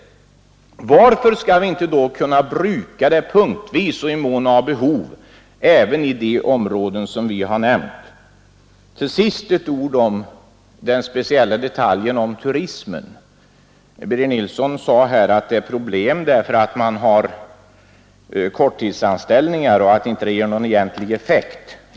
Varför skall det då inte kunna brukas punktvis och i mån av behov även i de områden som vi har nämnt? Till sist några ord om den speciella detalj som gäller turismen. Birger Nilsson sade att turismen innebär ett problem därför att man där har korttidsanställningar som inte ger någon egentlig effekt.